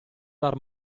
dar